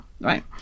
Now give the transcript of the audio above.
right